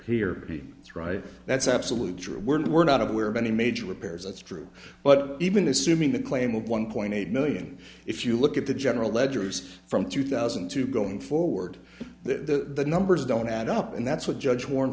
thrive that's absolutely true we're not aware of any major repairs that's true but even assuming the claim of one point eight million if you look at the general ledger it's from two thousand and two going forward the numbers don't add up and that's what judge warren